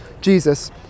Jesus